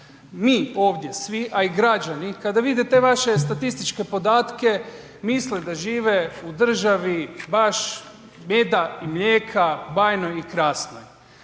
Mi ovdje svi, a i građani kada vide te vaše statističke podatke misle da žive u državni baš meda i mlijeka, bajnoj i krasnoj.